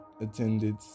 attended